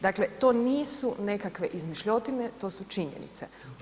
Dakle, to nisu nekakve izmišljotine to su činjenice.